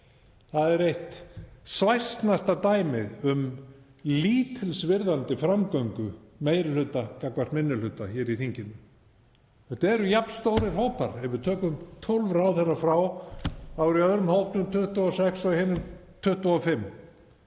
Það er eitt svæsnasta dæmið um lítilsvirðandi framgöngu meiri hluta gagnvart minni hluta hér í þinginu. Þetta eru jafn stórir hópar. Ef við tökum 12 ráðherra frá þá eru í öðrum hópnum 26 og hinum 25.